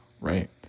right